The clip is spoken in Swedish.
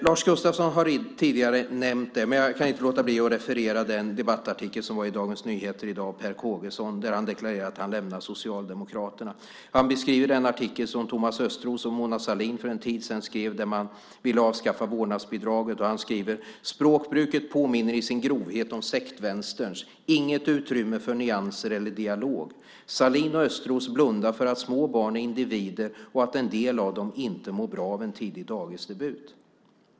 Lars Gustafsson har tidigare nämnt det, men jag kan inte låta bli att referera den debattartikel av Per Kågesson som var i Dagens Nyheter i dag. Han deklarerar att han lämnar Socialdemokraterna. Han beskriver den artikel som Thomas Östros och Mona Sahlin för en tid sedan skrev om att de ville avskaffa vårdnadsbidraget. Han skriver: Språkbruket påminner i sin grovhet om sektvänsterns. Inget utrymme för nyanser eller dialog. Sahlin och Östros blundar för att små barn är individer och att en del av dem inte mår bra av en tidig dagisdebut.